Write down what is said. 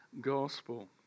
gospel